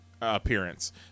appearance